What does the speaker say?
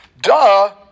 Duh